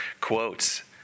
quotes